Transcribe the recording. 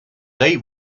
they